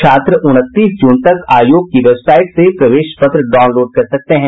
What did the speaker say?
छात्र उनतीस जून तक आयोग की वेबसाईट से प्रवेश पत्र डाउनलोड कर सकते है